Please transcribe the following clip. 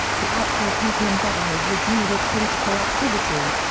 the outlawed muslim brotherhood resumed its political activity.